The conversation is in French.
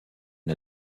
une